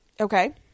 okay